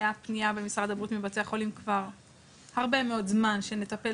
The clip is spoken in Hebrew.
היה פנייה במשרד הבריאות מבתי החולים כבר הרבה מאוד זמן שנטפל